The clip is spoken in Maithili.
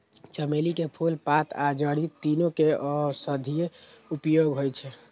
चमेली के फूल, पात आ जड़ि, तीनू के औषधीय उपयोग होइ छै